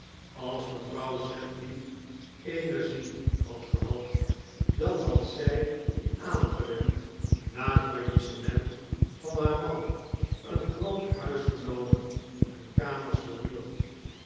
als mevrouw sedley energie had gehad dan had zij die aangewend na het faillissement van haar man een groot huis genomen en kamers verhuurd